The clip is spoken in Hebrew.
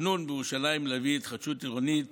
התכנון בירושלים הוא להביא התחדשות עירונית